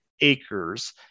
acres